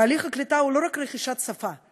תהליך הקליטה הוא לא רק רכישת שפה,